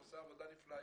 שעשה עבודה נפלאה,